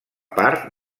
part